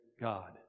God